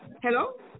hello